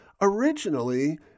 Originally